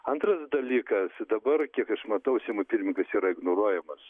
antras dalykas dabar kiek aš matau seimo pirmininkas yra ignoruojamas